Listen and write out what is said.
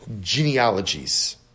Genealogies